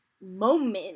moment